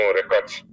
records